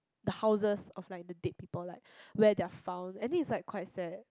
the houses of like the dead people like where they are found I think it's like quite sad